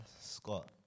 scott